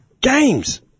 Games